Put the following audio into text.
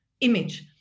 image